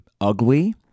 ugly